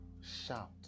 Shout